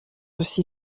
aussi